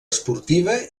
esportiva